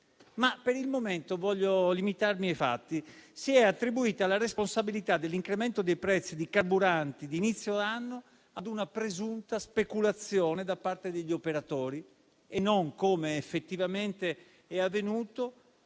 Per il momento voglio limitarmi ai fatti: si è attribuita la responsabilità dell'incremento dei prezzi dei carburanti di inizio anno ad una presunta speculazione da parte degli operatori, e non, come effettivamente è avvenuto,